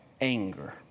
anger